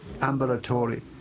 Ambulatory